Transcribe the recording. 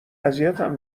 اذیتم